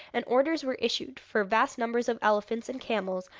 and orders were issued for vast numbers of elephants and camels,